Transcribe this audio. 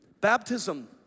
Baptism